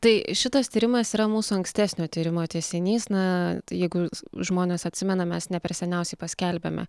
tai šitas tyrimas yra mūsų ankstesnio tyrimo tęsinys na jeigu žmonės atsimena mes ne per seniausiai paskelbėme